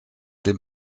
dem